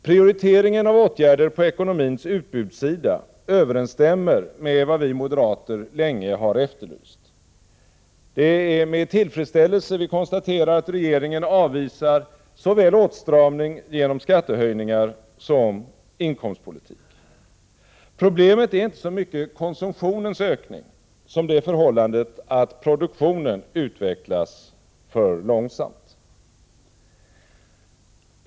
Prioriteringen av åtgärder på ekonomins utbudssida överensstämmer med vad vi moderater länge har efterlyst. Det är med tillfredsställelse vi konstaterar att regeringen avvisar såväl åtstramning genom skattehöjningar som inkomstpolitik. Problemet är inte så mycket konsumtionens ökning som det förhållandet att produktionen utvecklas för långsamt.